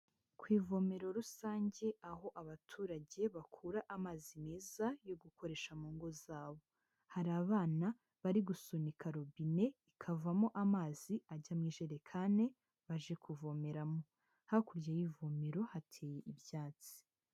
Ku ivomero rusange aho abaturage bakura amazi meza yo gukoresha mu ngo zabo, hari abana bari gusunika robine ikavomo amazi ajya mu ijerekani baje kuvomera, hakurya y'ivomero hateye ibyatsi.